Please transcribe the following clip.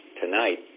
Tonight